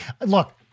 look